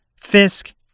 Fisk